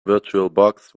virtualbox